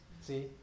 See